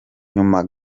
nyuma